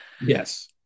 yes